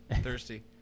thirsty